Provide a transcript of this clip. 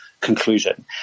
conclusion